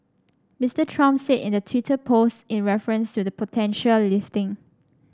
Mister Trump said in the Twitter post in reference to the potential listing